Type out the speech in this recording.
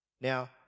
Now